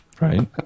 Right